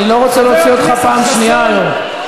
אני לא רוצה להוציא אותך פעם שנייה היום.